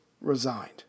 resigned